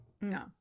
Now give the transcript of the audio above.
no